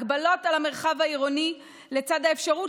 ההגבלות על המרחב העירוני לצד האפשרות